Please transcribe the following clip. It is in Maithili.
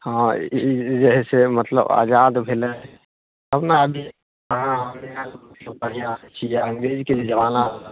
हँ इ जे है से मतलब आजाद भेलै अपना हँ बढ़िऑं से छी आ अंग्रेजके जमाना